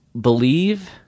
believe